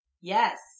Yes